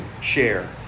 share